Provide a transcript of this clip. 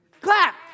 Clap